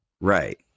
Right